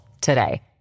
today